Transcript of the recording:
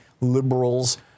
liberals